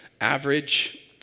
average